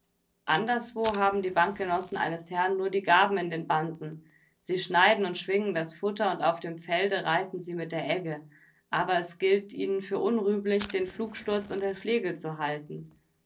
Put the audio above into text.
anderswo haben die bankgenossen eines herrn nur die garben in den bansen sie schneiden und schwingen das futter und auf dem felde reiten sie mit der egge aber es gilt ihnen für unrühmlich den pflugsterz und den flegel zu halten